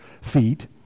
feet